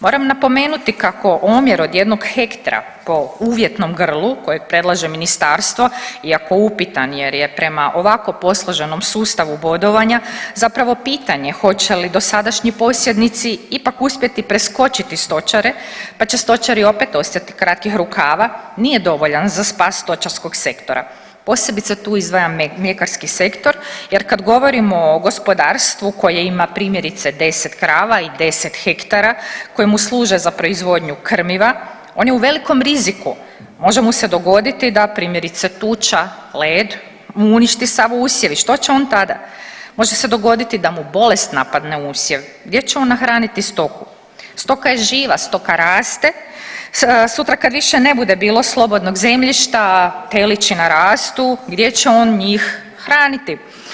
Moram napomenuti kako omjer od jednog hektra po uvjetnom grlu koje predlaže ministarstvo iako upitan jer je prema ovako posloženom sustavu bodovanja zapravo pitanje hoće li dosadašnji posjednici ipak uspjeti preskočiti stočare, pa će stočari opet ostati kratkih rukava, nije dovoljan za spas stočarskog sektora, posebice tu izdvajam mljekarski sektor jer kad govorimo o gospodarstvu koje ima primjerice 10 krava i 10 hektara koje mu služe za proizvodnju krmiva, on je u velikom riziku, može mu se dogoditi da primjerice tuča, led, mu uništi sav usjev i što će on tada, može se dogoditi da mu bolest napadne usjev, gdje će on nahraniti stoku, stoka je živa, stoka raste, sutra kad više ne bude bilo slobodnog zemljišta, telići narastu, gdje će on njih hraniti.